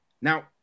Now